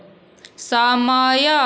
ସମୟ